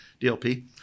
DLP